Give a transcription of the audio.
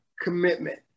commitment